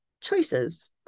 Choices